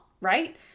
right